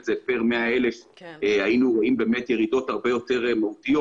זה פר 100,000 היינו רואים באמת ירידות הרבה יותר מהותיות